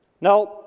No